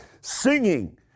singing